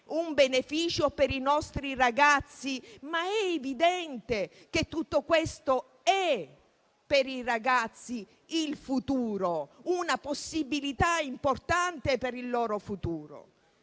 un beneficio per i nostri ragazzi? Ma è evidente che tutto questo è il futuro per i ragazzi, è una possibilità importante per il loro futuro.